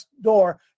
door